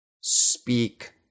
speak